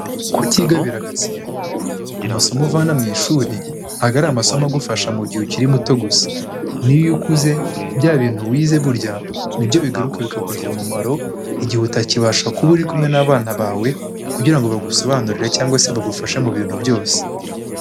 Kutiga biragatsindwa. Amasomo uvana mu ishuri ntabwo ari amasomo agufasha mu gihe ukiri muto gusa, n'iyo ukuze bya bintu wize burya nibyo bigaruka bikakugirira umumaro igihe utakibasha kuba uri kumwe n'abana bawe kugira ngo bagusobanurire cyangwa se bagufasha mu bintu byose.